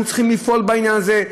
אנחנו צריכים לפעול בעניין הזה,